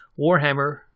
warhammer